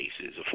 cases